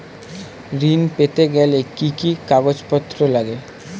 ঋণ পেতে গেলে কি কি কাগজপত্র লাগে?